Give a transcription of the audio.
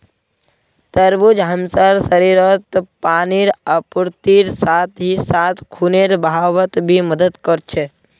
तरबूज हमसार शरीरत पानीर आपूर्तिर साथ ही साथ खूनेर बहावत भी मदद कर छे